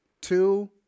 two